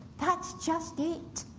that's just it,